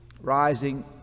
Rising